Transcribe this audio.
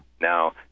Now